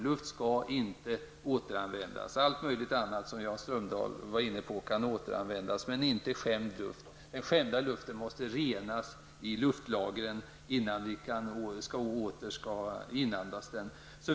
Luft skall inte återanvändas. Allt möjligt annat, precis som Jan Strömdahl var inne på, kan återanvändas, men inte skämd luft. Den skämda luften måste renas i luftlagren innan den åter inandas.